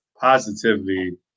positively